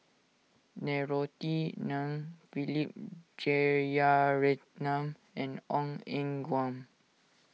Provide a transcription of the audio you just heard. Norothy Ng Philip Jeyaretnam and Ong Eng Guan